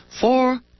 Four